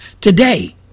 today